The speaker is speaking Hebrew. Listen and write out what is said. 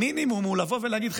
המינימום הוא להגיד,